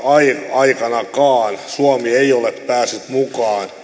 aikanakaan suomi ei ole päässyt mukaan